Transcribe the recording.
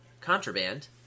Contraband